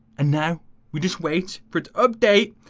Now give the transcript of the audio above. and now we just wait for update,